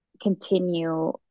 continue